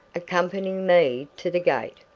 accompanying me to the gate,